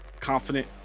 confident